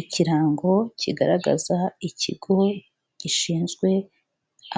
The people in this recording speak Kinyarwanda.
Ikirango kigaragaza ikigo gishinzwe